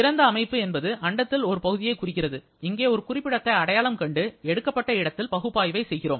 திறந்த அமைப்பு என்பது அண்டத்தில் ஒரு பகுதியைக் குறிக்கிறது அங்கே ஒரு குறிப்பிடத்தை அடையாளம் கண்டு எடுக்கப்பட்ட இடத்தில் பகுப்பாய்வைச் செய்கிறோம்